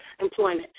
employment